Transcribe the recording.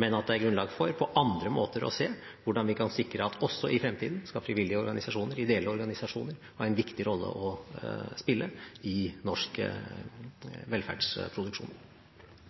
men at det er grunnlag for på andre måter å se på hvordan vi kan sikre at frivillige organisasjoner, ideelle organisasjoner, også i fremtiden skal ha en viktig rolle å spille i norsk velferdsproduksjon.